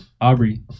Aubrey